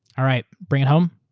all right. bring it home?